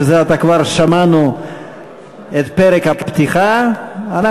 שזה עתה כבר שמענו את פרק הפתיחה שלהם,